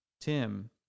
tim